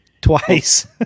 twice